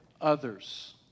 others